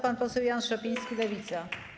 Pan poseł Jan Szopiński, Lewica.